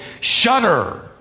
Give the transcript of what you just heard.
shudder